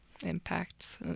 impacts